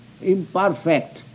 imperfect